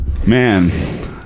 Man